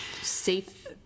safe